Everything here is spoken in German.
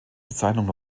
bezeichnung